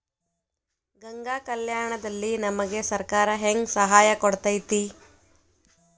ಗಂಗಾ ಕಲ್ಯಾಣ ದಲ್ಲಿ ನಮಗೆ ಸರಕಾರ ಹೆಂಗ್ ಸಹಾಯ ಕೊಡುತೈತ್ರಿ?